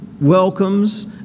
welcomes